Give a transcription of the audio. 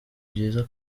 byiza